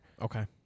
Okay